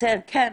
כן,